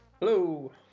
Hello